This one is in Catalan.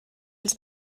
els